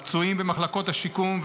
הפצועים במחלקות השיקום,